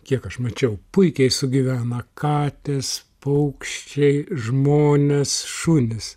kiek aš mačiau puikiai sugyvena katės paukščiai žmonės šunys